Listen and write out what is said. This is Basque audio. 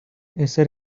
ezer